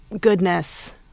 goodness